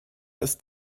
ist